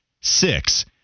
Six